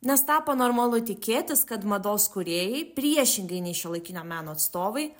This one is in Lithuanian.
nes tapo normalu tikėtis kad mados kūrėjai priešingai nei šiuolaikinio meno atstovai